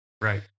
right